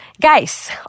Guys